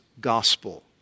gospel